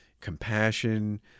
compassion